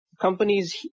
companies